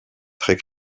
très